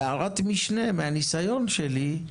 בהערת משנה, מהניסיון שלי,